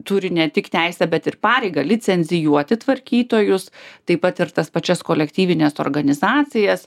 turi ne tik teisę bet ir pareigą licencijuoti tvarkytojus taip pat ir tas pačias kolektyvines organizacijas